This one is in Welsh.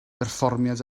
berfformiad